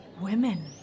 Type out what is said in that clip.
Women